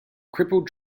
crippled